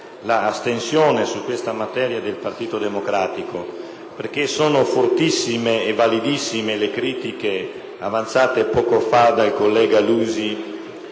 Grazie,